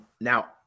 Now